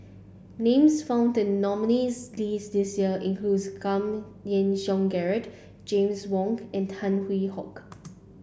names found in nominees' list this year include Giam Yean Song Gerald James Wong and Tan Hwee Hock